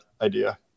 idea